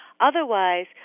Otherwise